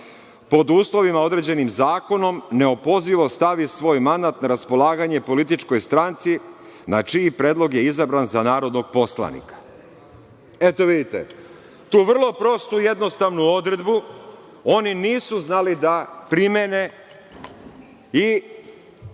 pod uslovima određenim zakonom, neopozivo stave svoj mandat na raspolaganje političkoj stranci, na čiji predlog je izabran za narodnog poslanika. Eto vidite, tu vrlo prostu i jednostavnu odredbu oni nisu znali da primene i